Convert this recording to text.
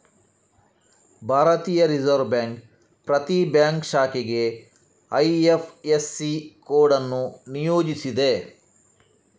ಭಾರತೀಯ reserve bank ಪ್ರತಿ bank ಶಾಖೆಗೆ ಐ.ಎಫ್.ಎಸ್.ಸಿ ಕೋಡ್ ಅನ್ನು ನಿಯೋಜಿಸಿದೆ